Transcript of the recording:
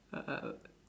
uh